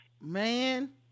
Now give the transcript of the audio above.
man